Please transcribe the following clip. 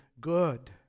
good